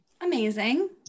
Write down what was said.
Amazing